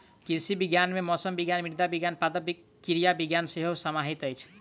कृषि विज्ञान मे मौसम विज्ञान, मृदा विज्ञान, पादप क्रिया विज्ञान सेहो समाहित अछि